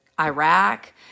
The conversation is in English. Iraq